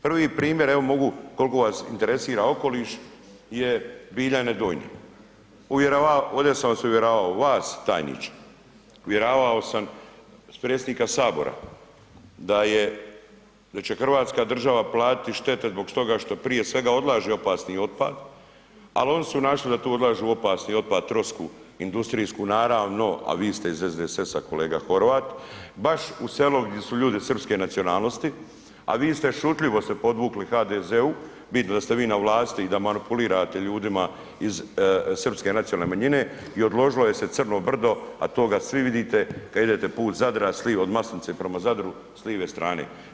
Prvi primjer, evo mogu koliko vas interesira okoliš je Biljane Donje, ovdje sam vas uvjeravao, vas tajniče, uvjeravao sam predsjednika HS da će hrvatska država platiti štete zbog toga što prije svega odlaže opasni otpad, al oni su našli da tu odlažu opasni otpad trosku industrijsku naravno, a vi ste iz SDSS-a kolega Horvat baš u selo gdje su ljudi srpske nacionalnosti, a vi ste šutljivo se podvukli HDZ-u, bitno da ste vi na vlasti i da manipulirate ljudima iz srpske nacionalne manjine i odložilo je se crno brdo, a toga svi vidite kada idete put Zadra, sliv od Maslenice prema Zadru s live strane.